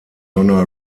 donna